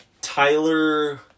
Tyler